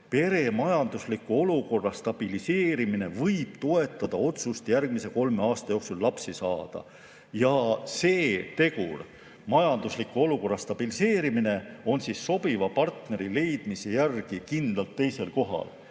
pere majandusliku olukorra stabiliseerimine võib toetada otsust järgmise kolme aasta jooksul lapsi saada. See tegur, majandusliku olukorra stabiliseerimine, on sobiva partneri leidmise järel kindlalt teisel kohal.